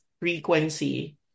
frequency